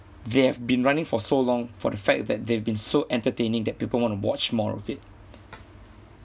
they have been running for so long for the fact that they've been so entertaining that people want to watch more of it